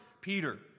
Peter